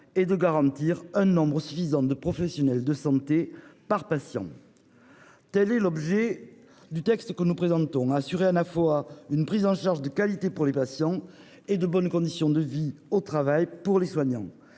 et de garantir un nombre suffisant de professionnels de santé par patient. Tel est l'objet du texte que nous présentons : assurer à la fois une prise en charge de qualité pour les patients et de bonnes conditions de vie au travail pour les soignants.